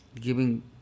giving